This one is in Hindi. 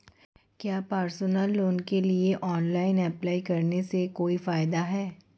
क्या पर्सनल लोन के लिए ऑनलाइन अप्लाई करने से कोई फायदा है?